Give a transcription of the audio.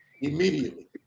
Immediately